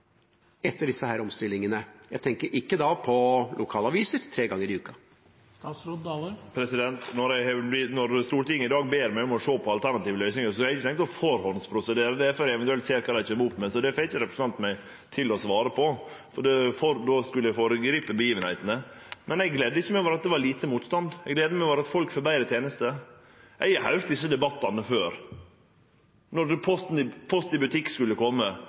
etter disse omstillingene? Jeg tenker ikke da på lokalaviser, tre ganger i uka. Når Stortinget i dag ber meg om å sjå på alternative løysingar, har eg ikkje tenkt å førehandsprosedere det før eg eventuelt ser kva dei kjem opp med, så det får ikkje representanten meg til å svare på, for då skulle eg føregripe hendingane. Eg gledde meg ikkje over at det var lite motstand; eg gler meg over at folk får betre tenester. Eg har høyrt desse debattane før. Då Post i butikk skulle